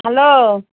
hello